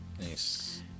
Nice